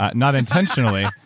not not intentionally.